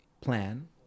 plan